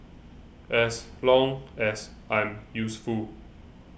as long as I'm useful